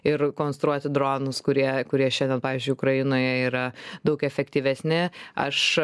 ir konstruoti dronus kurie kurie šiandien pavyzdžiui ukrainoje yra daug efektyvesni aš